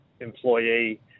employee